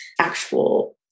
actual